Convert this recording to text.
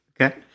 Okay